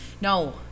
No